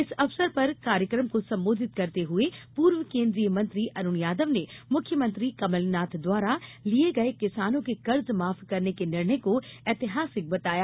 इस अवसर पर कार्यक्रम को संबोधित करते हुए पूर्व केन्द्रीय मंत्री अरूण यादव ने मुख्यमंत्री कमलनाथ द्वारा लिये गये किसानों के कर्ज माफ करने के निर्णय को एतिहासिक बताया